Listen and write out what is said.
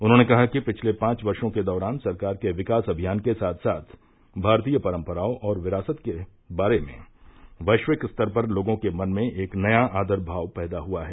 उन्होंने कहा कि पिछले पांच वर्षो के दौरान सरकार के विकास अभियान के साथ साथ भारतीय परम्पराओं और विरासत के बारे में वैश्विक स्तर पर लोगों के मन में एक नया आदर भाव पैदा हुआ है